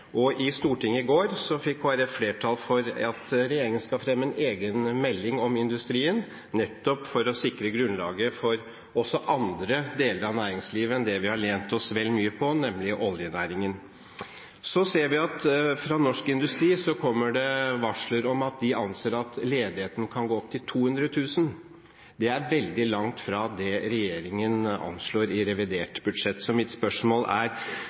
I Stortinget i går fikk Kristelig Folkeparti flertall for at regjeringen skal fremme en egen melding om industrien, nettopp for å sikre grunnlaget for også andre deler av næringslivet enn det vi har lent oss vel mye på, nemlig oljenæringen. Så ser vi at det fra Norsk Industri kommer varsler om at de anser at ledigheten kan gå opp til 200 000. Det er veldig langt fra det regjeringen anslår i revidert budsjett. Mitt spørsmål er: